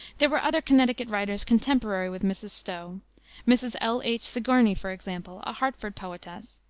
there were other connecticut writers contemporary with mrs. stowe mrs. l. h. sigourney, for example, a hartford poetess,